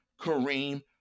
Kareem